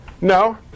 no